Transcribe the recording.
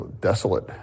desolate